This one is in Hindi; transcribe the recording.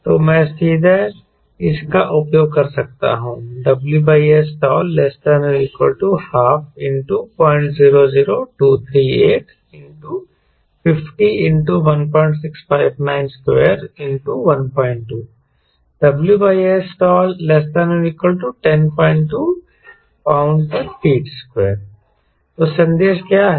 तो मैं सीधे इसका उपयोग कर सकता हूं WSstall ≤ 12 000238 50 1659212 WSstall ≤102 1bft2 तो संदेश क्या है